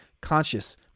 conscious